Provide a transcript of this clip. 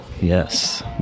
Yes